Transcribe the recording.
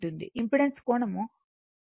impedance కోణం 90 o ఉంటుంది